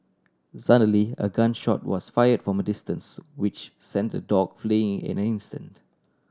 suddenly a gun shot was fired from a distance which sent the dog fleeing in an instant